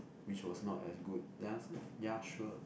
which was not as good then I was like ya sure